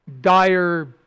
dire